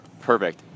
Perfect